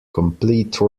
complete